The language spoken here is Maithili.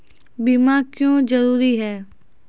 बीमा क्यों जरूरी हैं?